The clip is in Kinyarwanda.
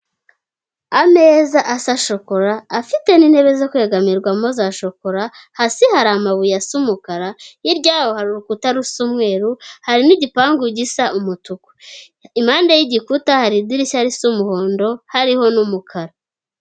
Ameza asa shokora, afite n'intebe zo kwegamirwamo za shokora, hasi hari amabuye asa umukara, hirya yaho hari urukuta rusa umweru, hari n'igipangu gisa umutuku. Impande y'igikuta hari idirishya risa umuhondo hariho n'umukara.